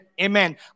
Amen